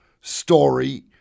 story